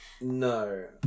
No